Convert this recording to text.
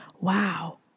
Wow